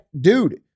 dude